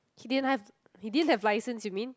he didn't have he didn't have license you mean